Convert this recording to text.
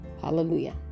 hallelujah